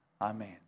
Amen